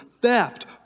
theft